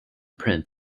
print